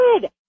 good